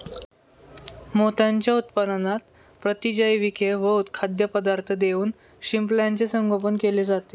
मोत्यांच्या उत्पादनात प्रतिजैविके व खाद्यपदार्थ देऊन शिंपल्याचे संगोपन केले जाते